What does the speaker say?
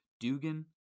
Dugan